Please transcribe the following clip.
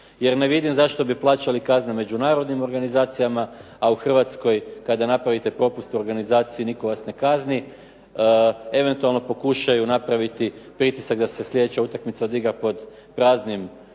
Jer ne vidim zašto bi plaćali kazne međunarodnim organizacijama, a u Hrvatskoj kada napravite propust u organizaciji nitko vas ne kazni. Eventualno pokušaju napraviti pritisak da se sljedeća utakmica odigra pred praznim